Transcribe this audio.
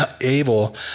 able